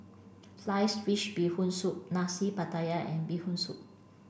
Sliced Fish Bee Hoon Soup Nasi Pattaya and Bee Hoon Soup